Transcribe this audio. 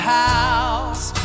house